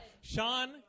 Sean